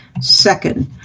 Second